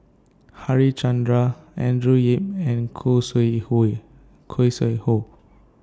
Harichandra Andrew Yip and Khoo Sui Hoe